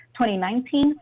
2019